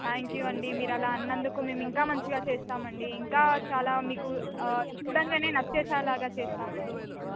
thank you అండి మీరు అలా అన్నందుకు మేము ఇంకా మంచిగా చేస్తామండి ఇంకా చాలా మీకు చూడంగానే నచ్చేసేలాగా చేస్తామండి